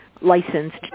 licensed